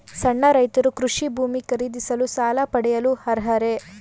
ಸಣ್ಣ ರೈತರು ಕೃಷಿ ಭೂಮಿ ಖರೀದಿಸಲು ಸಾಲ ಪಡೆಯಲು ಅರ್ಹರೇ?